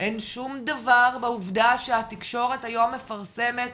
אין שום דבר בעובדה שהתקשורת היום מפרסמת